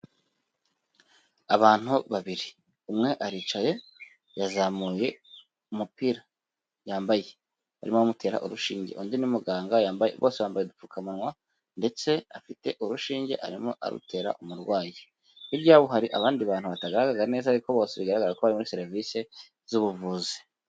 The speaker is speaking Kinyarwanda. Abantu babiri, umwe aricaye yazamuye umupira yambaye, barimo baramutera urushinge, undi ni muganga bose bambaye udupfukamunwa, ndetse afite urushinge arimo arutera umurwayi, hirya yaho hari abandi bantu batagaragara neza, ariko bose bigaragara ko bari muri serivisi z'ubuvuzi.